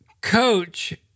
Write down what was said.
coach